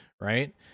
right